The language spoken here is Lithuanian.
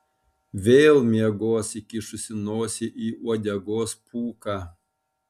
vėl miegos įkišusi nosį į uodegos pūką